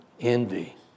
envy